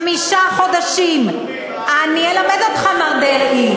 חמישה חודשים, אני אלמד אותך, מר דרעי.